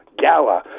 Gala